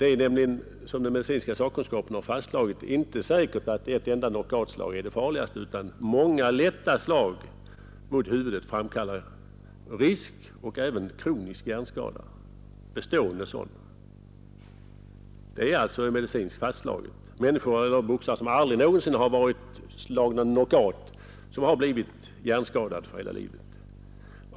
Det är nämligen, som den medicinska sakkunskapen har fastslagit, inte säkert att ett enda knockoutslag är det farligaste, utan många lätta slag mot huvudet innebär risk för hjärnskador, även bestående sådana. Det finns fall där människor som boxats men aldrig någonsin blivit slagna knockout ändå har blivit hjärnskadade för hela livet.